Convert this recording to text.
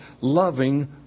loving